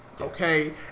Okay